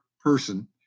person